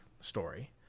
story